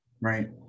Right